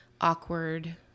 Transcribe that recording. awkward